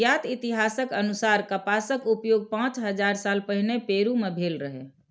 ज्ञात इतिहासक अनुसार कपासक उपयोग पांच हजार साल पहिने पेरु मे भेल रहै